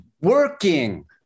working